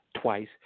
twice